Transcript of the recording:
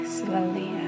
slowly